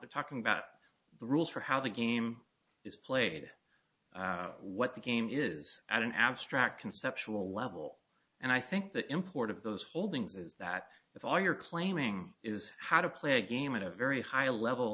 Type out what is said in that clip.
we're talking about the rules for how the game is played what the game is at an abstract conceptual level and i think the import of those holdings is that if all you're claiming is how to play a game in a very high level